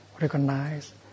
recognize